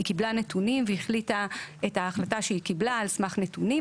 היא קיבלה נתונים והחליטה את ההחלטה שהיא קיבלה על סמך נתונים.